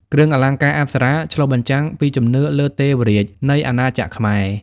គ្រឿងអលង្ការអប្សរាឆ្លុះបញ្ចាំងពីជំនឿលើ "ទេវរាជ" នៃអាណាចក្រខ្មែរ។